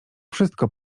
wszystko